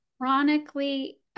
chronically